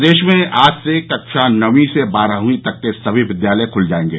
प्रदेश में आज से कक्षा नौवीं से बारहवीं तक के सभी विद्यालय खुल जायेंगे